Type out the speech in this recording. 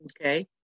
Okay